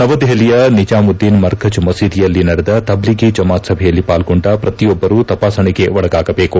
ನವದೆಪಲಿಯ ನಿಜಾಮುದ್ದೀನ್ ಮರ್ಖಜ್ ಮಹೀದಿಯಲ್ಲಿ ನಡೆದ ತಬ್ಲಫಿ ಜಮಾತ್ ಸಭೆಯಲ್ಲಿ ಪಾಲ್ಗೊಂಡ ಪ್ರತಿಯೊಬ್ಬರು ತಪಾಸಣೆಗೆ ಒಳಗಾಗಬೇಕು